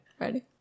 Ready